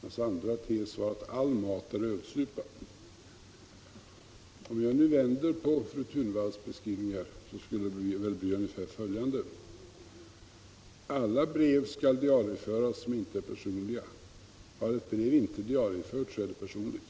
Den andra tesen löd: ”All mat är ölsupa.” Om jag nu vänder på fru Thunvalls beskrivning, skulle resultatet bli ungefär följande: Alla brev skall diarieföras som inte är personliga. Har ett brev inte diarieförts är det personligt.